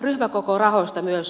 ryhmäkokorahoista myös